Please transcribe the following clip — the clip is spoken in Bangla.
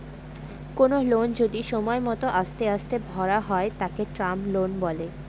কোনো লোন যদি সময় মত আস্তে আস্তে ভরা হয় তাকে টার্ম লোন বলে